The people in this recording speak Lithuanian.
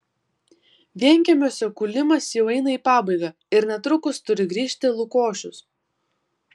vienkiemiuose kūlimas jau eina į pabaigą ir netrukus turi grįžti lukošius